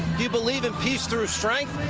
you believe in peace through strength?